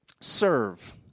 serve